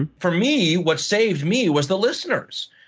and for me, what saved me was the listeners.